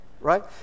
Right